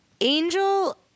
Angel